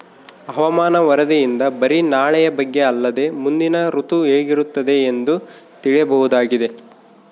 ಹವಾಮಾನ ವರದಿಯಿಂದ ಬರಿ ನಾಳೆಯ ಬಗ್ಗೆ ಅಲ್ಲದೆ ಮುಂದಿನ ಋತು ಹೇಗಿರುತ್ತದೆಯೆಂದು ತಿಳಿಯಬಹುದಾಗಿದೆ